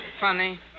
Funny